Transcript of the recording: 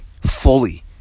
fully